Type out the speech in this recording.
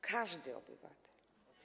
Każdy obywatel.